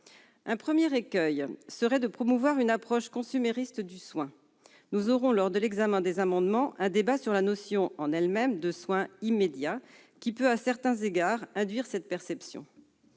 Un premier écueil serait de promouvoir une approche consumériste du soin. Nous aurons, lors de l'examen des amendements, un débat sur la notion de « soins immédiats », qui peut, à certains égards, induire cette perception.